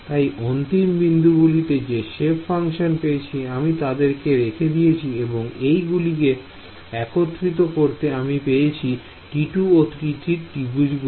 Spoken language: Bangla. তাই অন্তিম বিন্দু গুলিতে যে সেপ ফাংশন পেয়েছি আমি তাদেরকে রেখে দিয়েছি এবং এই গুলিকে একত্রিত করতে আমি পেয়েছি T2 ও T3 ত্রিভুজ গুলি